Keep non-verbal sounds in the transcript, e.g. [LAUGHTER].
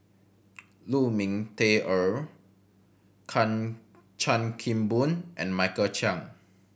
Lu Ming Teh Earl [UNINTELLIGIBLE] Chan Kim Boon and Michael Chiang